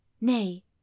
Nay